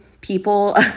people